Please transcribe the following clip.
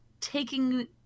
taking